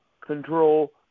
control